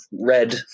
Red